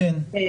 כן.